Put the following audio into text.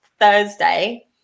thursday